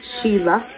Sheila